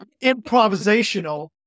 Improvisational